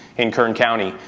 in kern county,